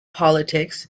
politics